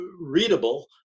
readable